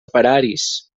operaris